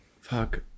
fuck